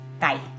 Bye